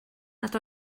nad